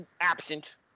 absent